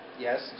Yes